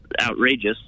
outrageous